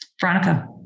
Veronica